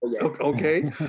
Okay